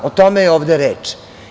O tome je ovde reč.